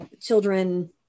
children